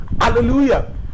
hallelujah